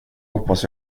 hoppas